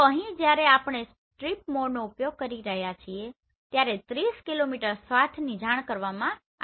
તો અહીં જ્યારે આપણે સ્ટ્રીપ મોડનો ઉપયોગ કરી રહ્યાં છીએ ત્યારે 30 કિલોમીટર સ્વાથની જાણ કરવામાં આવી છે